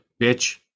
bitch